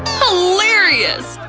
hilarious!